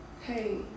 hey